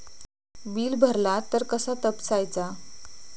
Bill भरला तर कसा तपसायचा?